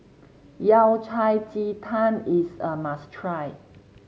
Yao Cai Ji Tang is a must try